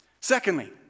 Secondly